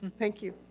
thank you.